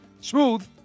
smooth